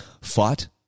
fought